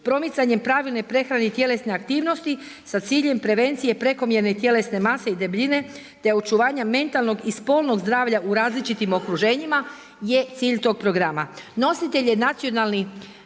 promicanjem pravilne prehrane i tjelesne aktivnosti sa ciljem prevencije prekomjerne tjelesne mase i debljine, te očuvanja mentalnog i spolnog zdravlja u različitim okruženjima je cilj tog programa. Nositelj je Ministarstvo